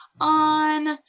on